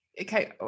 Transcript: Okay